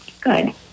Good